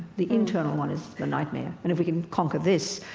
the internal one is the nightmare. and if we can conquer this,